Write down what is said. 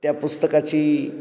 त्या पुस्तकाची